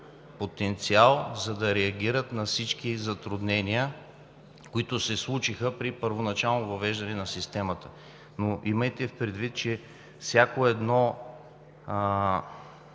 потенциал, за да реагират на всички затруднения, които се случиха при първоначалното въвеждане на системата. Имайте предвид, че всяка